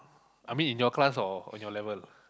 I mean in your class or on your level